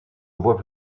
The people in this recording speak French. voie